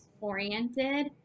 oriented